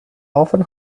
often